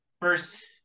First